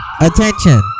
Attention